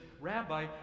Rabbi